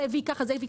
זה הביא ככה,